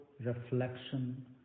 reflection